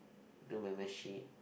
two meh meh sheep